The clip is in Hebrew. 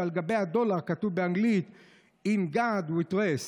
שעל גבי הדולר כתוב באנגלית: In God We Trust,